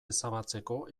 ezabatzeko